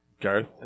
Garth